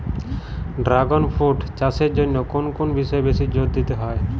Dragon fruit চাষের জন্য কোন কোন বিষয়ে বেশি জোর দিতে হয়?